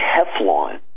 Teflon